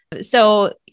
so-